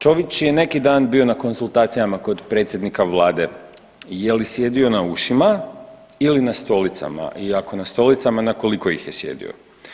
Čović je neki dan bio na konzultacijama kod predsjednika vlade, je li sjedio na ušima ili na stolicama i ako na stolicama na koliko ih je sjedio?